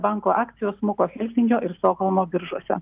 banko akcijos smuko helsinkio ir stokholmo biržose